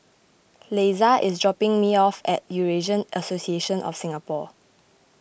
Leisa is dropping me off at Eurasian Association of Singapore